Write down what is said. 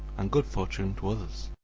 and good fortune to others.